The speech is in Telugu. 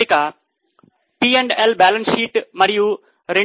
తీసుకోండి